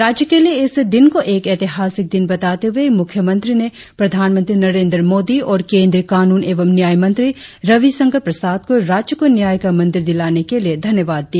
राज्य के लिए इस दिन को एक एतिहासिक दिन बताते हुए मुख्यमंत्री ने प्रधानमंत्री नरेंद्र मोदी और केंद्रीय कानून एवं न्याय मंत्री रवि शंकर प्रसाद को राज्य को न्याय का मंदिर दिलाने के लिए धन्यवाद दिया